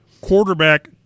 quarterback